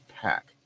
pack